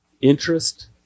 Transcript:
interest